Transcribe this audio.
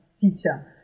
teacher